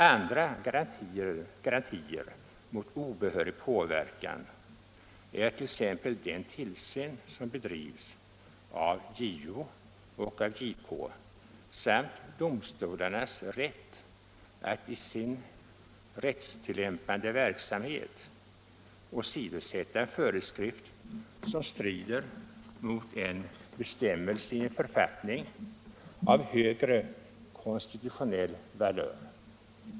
Andra garantier mot obehörig påverkan är t.ex. den tillsyn som bedrivs av JO och JK samt domstolarnas rätt att i sin rättstillämpande verksamhet åsidosätta en föreskrift som strider mot en bestämmelse i en författning av högre konstitutionell valör.